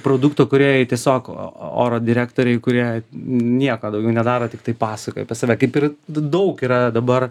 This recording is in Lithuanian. produkto kurie jie tiesiog oro direktoriai kurie nieko daugiau nedaro tiktai pasakoja apie save kaip ir daug yra dabar